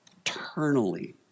eternally